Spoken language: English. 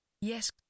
Yes